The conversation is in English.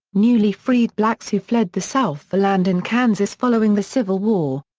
newly freed blacks who fled the south for land in kansas following the civil war.